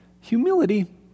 Humility